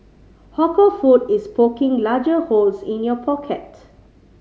hawker food is poking larger holes in your pocket